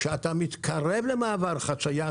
כשאתה מתקרב למעבר חצייה,